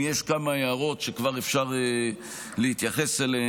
יש כמה הערות שכבר אפשר להתייחס אליהן,